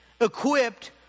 equipped